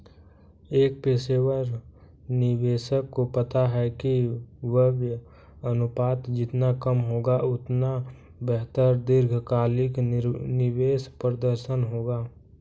एक पेशेवर निवेशक को पता है कि व्यय अनुपात जितना कम होगा, उतना बेहतर दीर्घकालिक निवेश प्रदर्शन होगा